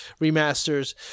remasters